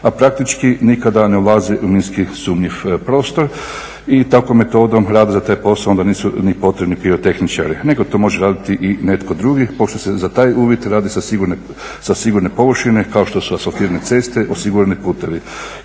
a praktički nikada ne ulaze u minski sumnjiv prostor i takvom metodom rada za taj posao onda nisu ni potrebni pirotehničari. Netko to može raditi netko drugi, pošto se za taj uvid rade sa sigurne površine kao što su asfaltirane ceste osigurani putevi.